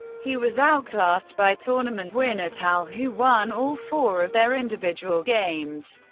he was outclassed by tournament winner tal, who won all four of their individual games.